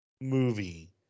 movie